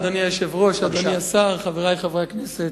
היושב-ראש, אדוני השר, חברי חברי הכנסת,